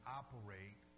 operate